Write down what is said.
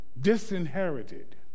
disinherited